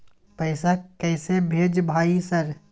पैसा कैसे भेज भाई सर?